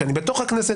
כשאני בתוך הכנסת.